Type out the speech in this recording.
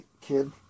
kid